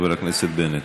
חבר הכנסת בנט,